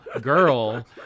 girl